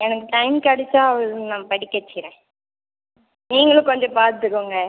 எனக்கு டைம் கெடைச்சா அவளை நான் படிக்க வச்சிடுறேன் நீங்களும் கொஞ்சம் பார்த்துக்கோங்க